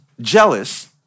jealous